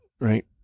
right